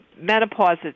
menopause